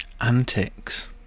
Antics